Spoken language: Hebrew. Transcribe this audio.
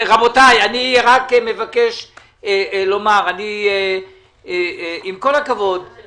-- ואני מבקש שלא תקבלו החלטה להאריך את הגשת הדוחות הכספיים.